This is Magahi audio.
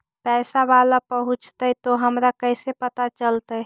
पैसा बाला पहूंचतै तौ हमरा कैसे पता चलतै?